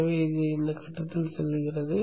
எனவே அது இந்த கட்டத்தில் செல்கிறது